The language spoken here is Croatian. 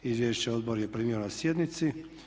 Izvješća odbor je primio na sjednici.